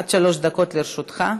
עד שלוש דקות לרשותך.